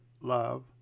love